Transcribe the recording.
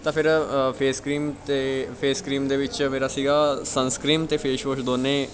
ਤਾਂ ਫਿਰ face cream ਅਤੇ ਫੇਸ ਕਰੀਮ ਦੇ ਵਿੱਚ ਮੇਰਾ ਸੀਗਾ ਸੰਸਕ੍ਰੀਮ ਅਤੇ ਫੇਸ਼ ਵੋਸ਼ ਦੋਵੇਂ